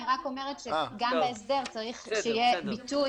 אני רק אומרת שגם בהסדר צריך שיהיה ביטוי,